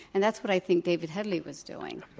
and that's what i think david headley was doing.